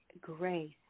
grace